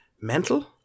mental